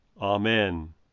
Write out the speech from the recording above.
Amen